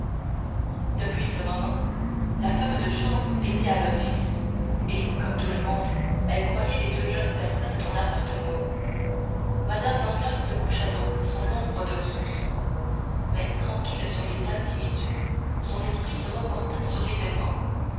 depuis ce moment la femme de chambre était à l'office et comme tout le monde elle croyait les deux jeunes personnes dans l'appartement mme danglars se coucha donc sans l'ombre d'un soupçon mais tranquille sur les individus son esprit se reporta sur l'événement